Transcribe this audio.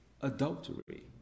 adultery